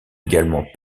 également